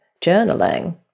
journaling